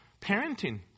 parenting